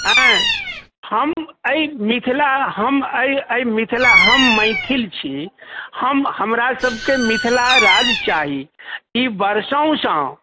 अँइ हम एहि मिथिला हम एहि एहि मिथिला हम मैथिल छी हम हमरा सबके मिथिलाराज चाही ई बरिसोँसँ